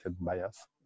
bias